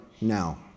now